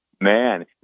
man